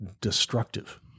destructive